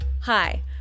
Hi